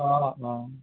অঁ অঁ